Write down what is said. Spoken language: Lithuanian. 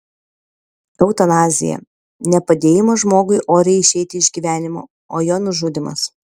eutanazija ne padėjimas žmogui oriai išeiti iš gyvenimo o jo nužudymas